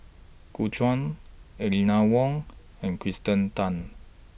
Gu Juan Aline Wong and Kirsten Tan